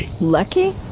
Lucky